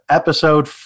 episode